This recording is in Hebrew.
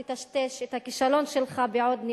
לטשטש את הכישלון שלך בעוד נאום.